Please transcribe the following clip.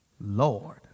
Lord